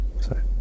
Sorry